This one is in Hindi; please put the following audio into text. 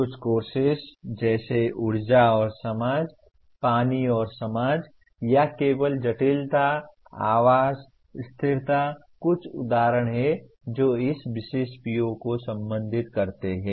कुछ कोर्सेस जैसे ऊर्जा और समाज पानी और समाज या केवल जटिलता आवास स्थिरता कुछ उदाहरण हैं जो इस विशेष PO को संबोधित कर सकते हैं